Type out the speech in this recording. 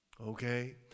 Okay